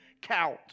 count